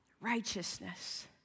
Righteousness